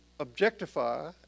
objectify